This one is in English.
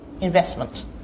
investment